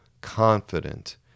confident